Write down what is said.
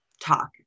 talk